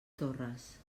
torres